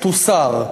תוסר.